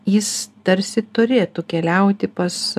jis tarsi turėtų keliauti pas